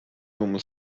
normal